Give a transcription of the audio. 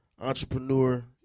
entrepreneur